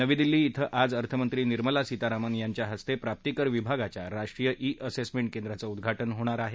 नवी दिल्ली क्षें आज अर्थमंत्री निर्मला सीतारामन यांच्या हस्ते प्राप्तिकर विभागाच्या राष्ट्रीय ई असेसमेंट केंद्राचं उद्वाटन होणार आहे